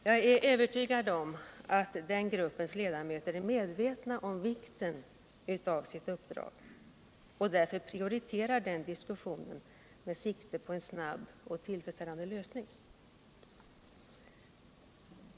Jag är övertygad om att den gruppens ledamöter är medvetna om vikten av sitt uppdrag och därför prioriterar den diskussionen med sikte på en snabb och tillfredsställande lösning.